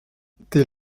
dès